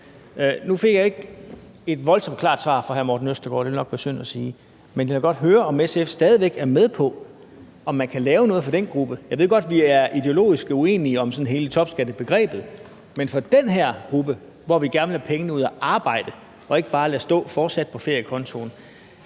Nu fik jeg ikke et voldsomt klart svar fra hr. Morten Østergaard, det ville nok være synd at sige, men jeg vil godt høre, om SF stadig væk er med på at se på, om man kan lave noget for den gruppe. Jeg ved godt, at vi er ideologisk uenige om hele topskattebegrebet, men vil SF være med til at finde en løsning for den her gruppe, hvor vi gerne vil have pengene ud at arbejde og ikke bare lade dem stå fortsat på feriekontoen?